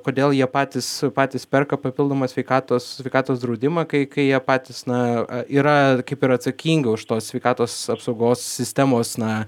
kodėl jie patys patys perka papildomą sveikatos sveikatos draudimą kai kai jie patys na yra kaip ir atsakingi už tos sveikatos apsaugos sistemos na